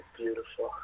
beautiful